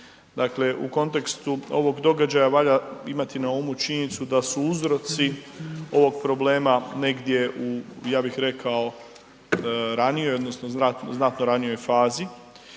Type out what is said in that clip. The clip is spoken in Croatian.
Dakle, u kontekstu ovog događaja valja imati na umu činjenicu da su uzroci ovog problema negdje u ja bih rekao ranijoj odnosno znatno ranijoj fazi,